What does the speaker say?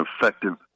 effective